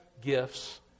gifts